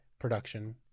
production